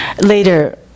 Later